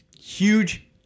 Huge